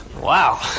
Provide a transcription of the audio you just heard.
Wow